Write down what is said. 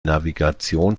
navigation